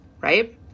right